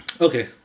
Okay